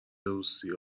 روسیه